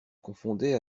confondait